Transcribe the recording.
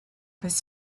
his